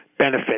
benefit